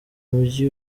mugi